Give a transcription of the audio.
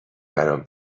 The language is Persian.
برام